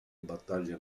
battaglie